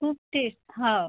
खूप ते हो